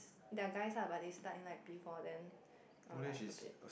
they are guys lah but they start at like P four then I am like a bit